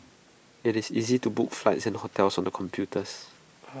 IT is easy to book flights and hotels on the computers